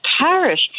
parish